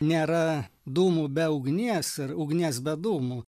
nėra dūmų be ugnies ir ugnies be dūmų